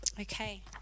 Okay